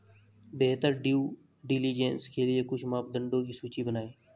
बेहतर due diligence के लिए कुछ मापदंडों की सूची बनाएं?